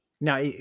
Now